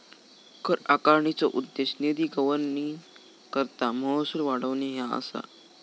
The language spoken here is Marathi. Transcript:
कर आकारणीचो उद्देश निधी गव्हर्निंगकरता महसूल वाढवणे ह्या असा